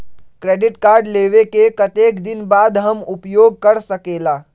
Credit card लेबे के कतेक दिन बाद हम उपयोग कर सकेला?